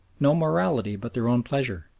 no morality but their own pleasure,